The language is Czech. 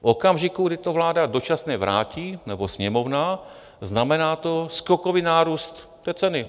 V okamžiku, kdy to vláda dočasně vrátí, nebo Sněmovna, znamená to skokový nárůst té ceny.